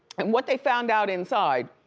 and what they found out inside,